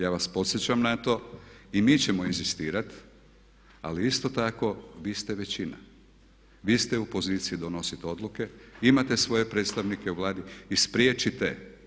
Ja vas podsjećam na to i mi ćemo inzistirat ali isto tako vi ste većina, vi ste u poziciji donositi odluke, imate svoje predstavnike u Vladi i spriječite.